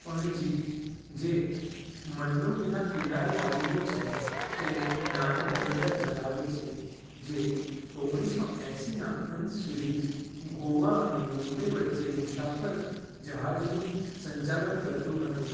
પણજી જે મંડોવીના કિનારે આવેલું છે તે નાનું બંદર ધરાવે છે જે ઓગણીસો એંશીના અંત સુધી ગોવા અને મુંબઈ વચ્ચે મુસાફર જહાજનું સંચાલન કરતું હતું